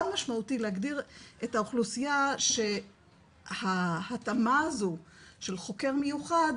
מאוד משמעותי להגדיר את האוכלוסייה שההתאמה הזו של חוקר מיוחד